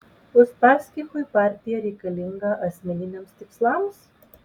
uspaskichui partija reikalinga asmeniniams tikslams